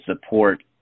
support